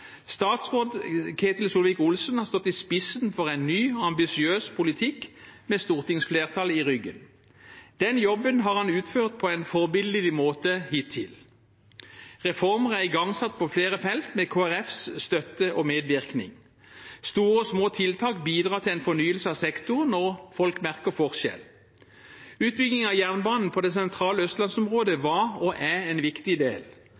Statsråd Ketil Solvik-Olsen har stått i spissen for en ny og ambisiøs politikk, med stortingsflertallet i ryggen. Den jobben har han utført på en forbilledlig måte hittil. Reformer er igangsatt på flere felt, med Kristelig Folkepartis støtte og medvirkning. Store og små tiltak bidrar til fornyelse av sektoren, og folk merker forskjell. Utbygging av jernbanen på det sentrale Østlands-området var og er en viktig del.